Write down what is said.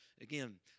Again